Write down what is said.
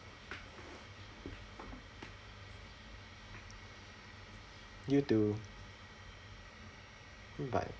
you too mm bye